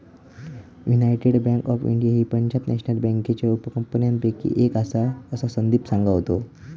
United bank of India ही Punjab national बँकेच्या उपकंपन्यांपैकी एक आसा, असा संदीप सांगा होतो